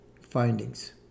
findings